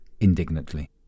indignantly